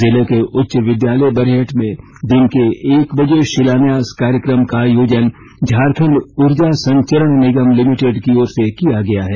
जिले के उच्च विद्यालय बरहेट में दिन के एक बजे शिलान्यास कार्यक्रम का आयोजन झारखंड ऊर्जा संचरण निगम लिमिटेड की ओर से किया गया है